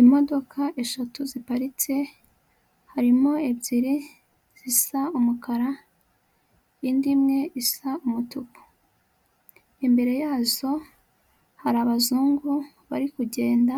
Imodoka eshatu ziparitse, harimo ebyiri zisa umukara, indi imwe isa umutuku. Imbere yazo hari abazungu bari kugenda